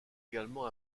également